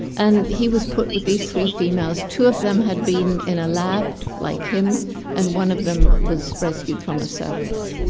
and he was put with these three females. two of them had been in a lab like him and one of them was rescued from a circus.